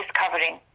covering.